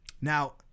Now